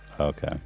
Okay